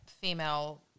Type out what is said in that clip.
female